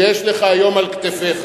שיש לך היום על כתפיך.